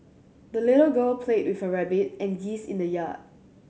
the little girl played with her rabbit and geese in the yard